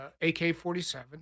AK-47